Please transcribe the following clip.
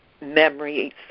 memories